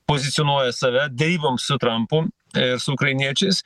pozicionuoja save deryboms su trampu ir su ukrainiečiais